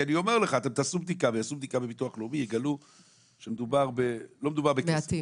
כי יעשו בדיקה בביטוח לאומי ויגלו שלא מדובר בכסף,